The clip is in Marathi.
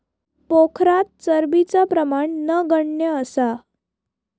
पोखरात चरबीचा प्रमाण नगण्य असा